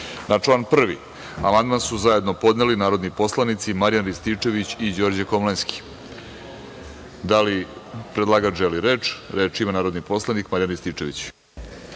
član 1. amandman su zajedno podneli narodni poslanici Marijan Rističević i Đorđe Komlenski. Da li predlagač želi reč? Reč ima narodni poslanik Marijan Rističević.